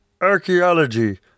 archaeology